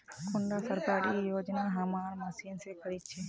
कुंडा सरकारी योजना हमार मशीन से खरीद छै?